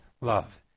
love